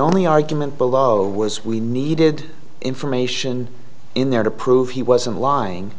only argument below was we needed information in there to prove he wasn't lying